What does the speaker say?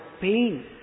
Pain